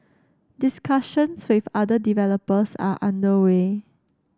discussions with other developers are under way